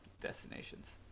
destinations